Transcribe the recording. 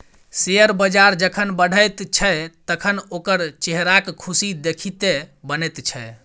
share बजार जखन बढ़ैत छै तखन ओकर चेहराक खुशी देखिते बनैत छै